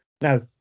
now